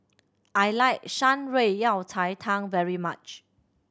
I like Shan Rui Yao Cai Tang very much